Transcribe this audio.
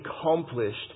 accomplished